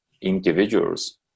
individuals